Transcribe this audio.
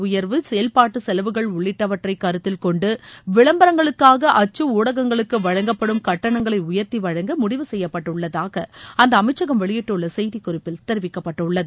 உயர்வு செயல்பாட்டு செலவுகள் உள்ளிட்டவற்றை கருத்தில் காகித விலை கொண்டு விளம்பரங்களுக்காக அச்சு ஊடகங்களுக்கு வழங்கப்படம் கட்டணங்களை உயர்த்தி வழங்க முடிவு செய்யப்பட்டுள்ளதாக அந்த அமைச்சகம் வெளியிட்டுள்ள செய்திக் குறிப்பில் தெரிவிக்கப்பட்டுள்ளது